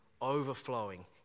overflowing